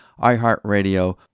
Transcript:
iHeartRadio